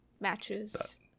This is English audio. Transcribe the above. matches